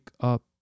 up